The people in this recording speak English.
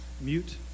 mute